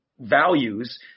values